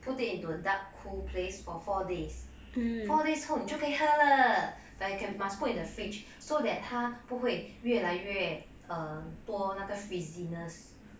put it into a dark cool place for four days four days 后你就可以喝了 but you can must put in the fridge so that 他不会越来越多那个 fizziness